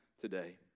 today